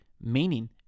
meaning